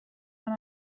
when